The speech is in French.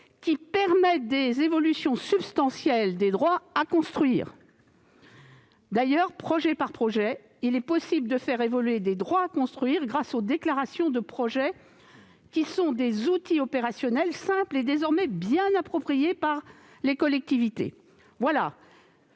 qui permettent des évolutions substantielles des droits à construire. D'ailleurs, projet par projet, il est possible de faire évoluer des droits à construire grâce aux déclarations de projet (DP), outils opérationnels simples que les collectivités se